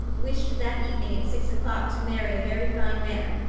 wished that evening at six o'clock to marry a very fine man,